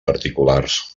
particulars